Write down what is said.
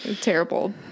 terrible